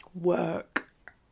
work